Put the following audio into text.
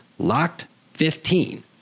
locked15